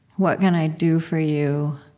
what can i do for you?